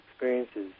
experiences